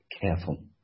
careful